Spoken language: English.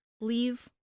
leave